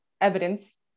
evidence